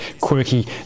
quirky